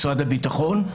משרד הביטחון,